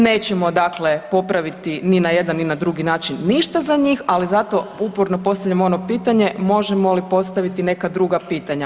Nećemo dakle popraviti ni na jedan ni na drugi način ništa za njih, ali zato uporno postavljam ono pitanje možemo li postaviti neka druga pitanja.